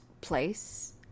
place